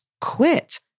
quit